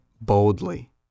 boldly